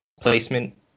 placement